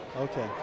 okay